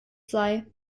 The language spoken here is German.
sei